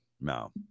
No